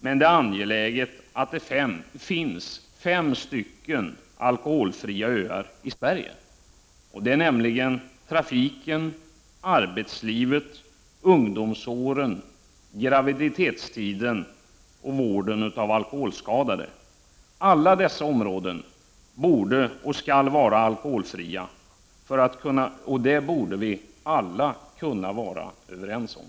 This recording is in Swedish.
Men det är angeläget att det finns fem alkoholfria öar i Sverige — trafiken, arbetslivet, ungdomsåren, graviditetstiden och vården av alkoholskadade. Alla dessa områden skall vara alkoholfria, det borde vi kunna vara överens om.